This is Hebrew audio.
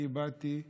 אני באתי להגן,